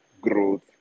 growth